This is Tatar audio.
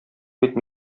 бит